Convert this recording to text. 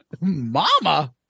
Mama